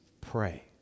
pray